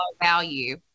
value